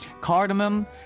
cardamom